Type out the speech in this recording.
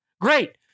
Great